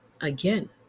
again